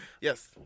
Yes